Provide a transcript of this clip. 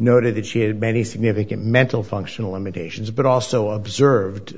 noted that she had many significant mental functional limitations but also observed